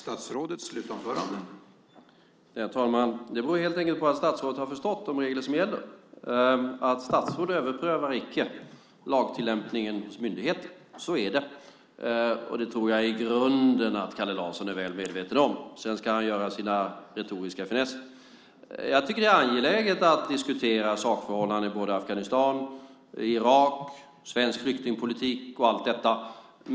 Herr talman! Det beror helt enkelt på att statsrådet har förstått de regler som gäller om att statsråd icke överprövar lagtillämpningen hos myndigheter. Så är det, och det tror jag att Kalle Larsson i grunden är väl medveten om. Sedan ska han göra sina retoriska finesser. Jag tycker att det är angeläget att diskutera sakförhållanden i både Afghanistan och Irak och svensk flyktingpolitik och så vidare.